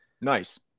Nice